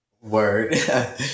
Word